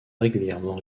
régulièrement